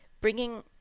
bringing